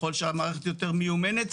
ככול שהמערכת יותר מיומנת,